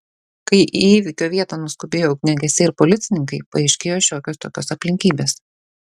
kai į įvykio vietą nuskubėjo ugniagesiai ir policininkai paaiškėjo šiokios tokios aplinkybės